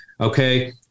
okay